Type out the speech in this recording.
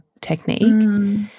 technique